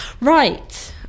Right